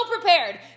prepared